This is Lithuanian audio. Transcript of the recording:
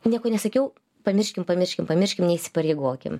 nieko nesakiau pamirškim pamirškim pamirškim neįsipareigokim